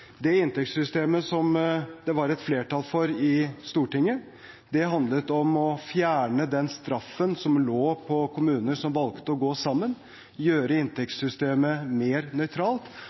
Det inntektssystemet som det var et flertall for i Stortinget, handlet om å fjerne den straffen som lå på kommuner som valgte å gå sammen, gjøre inntektssystemet mer nøytralt,